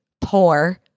poor